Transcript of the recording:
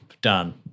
done